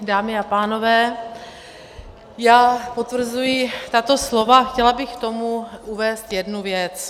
Dámy a pánové, já potvrzuji tato slova a chtěla bych k tomu uvést jednu věc.